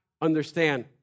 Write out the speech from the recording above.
understand